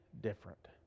different